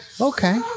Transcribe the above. okay